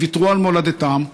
הם ויתרו על מולדתם.